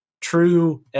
true